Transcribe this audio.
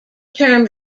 term